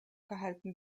gehalten